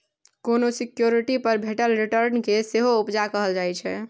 कोनो सिक्युरिटी पर भेटल रिटर्न केँ सेहो उपजा कहल जाइ छै